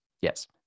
Yes